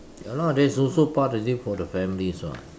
ya lah that's also part of it for the families [what]